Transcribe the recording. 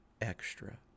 extra